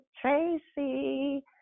Tracy